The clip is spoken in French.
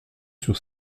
sur